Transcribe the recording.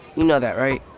you know that, right?